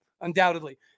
undoubtedly